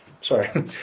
sorry